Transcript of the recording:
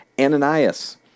Ananias